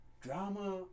Drama